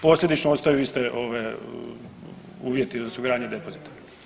Posljedično ostaju iste ove uvjeti za osiguranje depozita.